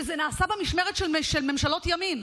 וזה נעשה במשמרת של ממשלות ימין,